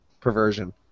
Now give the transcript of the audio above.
perversion